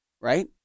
Right